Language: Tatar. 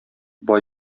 бай